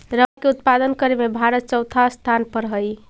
rubber के उत्पादन करे में भारत चौथा स्थान पर हई